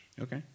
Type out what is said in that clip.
Okay